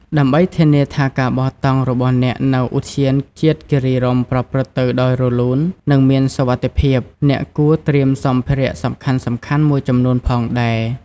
ដើម្បីធានាថាការបោះតង់របស់អ្នកនៅឧទ្យានជាតិគិរីរម្យប្រព្រឹត្តទៅដោយរលូន និងមានសុវត្ថិភាព អ្នកគួរត្រៀមសម្ភារៈសំខាន់ៗមួយចំនួនផងដែរ។